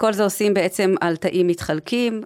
כל זה עושים בעצם על תאים מתחלקים